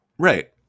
Right